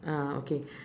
ah okay